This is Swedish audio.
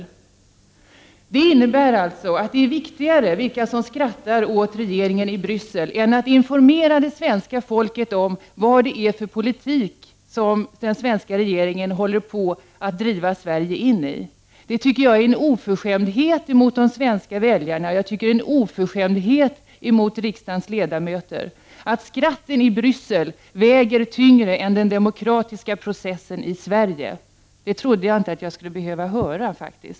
Det innebär alltså att det är viktigare vilka i Bryssel som skrattar åt regeringen än att informera det svenska folket om vilken politik den svenska regeringen håller på att driva in Sverige i. Jag tycker att det är en oförskämdhet mot de svenska väljarna och mot riksdagens ledamöter att skratten i Bryssel väger tyngre än den demokratiska processen i Sverige. Det trodde jag faktiskt inte att jag skulle behöva höra.